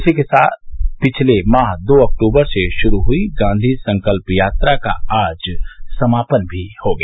इसी के साथ पिछले माह दो अक्टूबर से शुरू हुयी गांधी संकल्प यात्रा का आज समापन भी हो गया